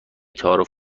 تعارف